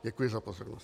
Děkuji za pozornost.